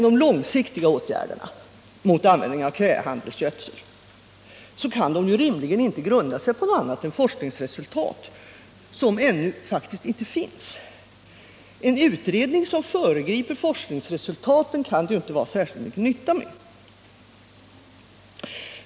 De långsiktiga åtgärderna mot användningen av kvävehandelsgödsel kan rimligen inte grunda sig på annat än forskningsresultat, som ännu faktiskt inte finns. En utredning som föregriper forskningsresultaten kan det ju inte vara särskilt mycket nytta med.